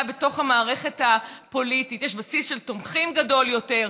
בתוך המערכת הפוליטית: יש בסיס של תומכים גדול יותר,